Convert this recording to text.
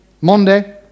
Monday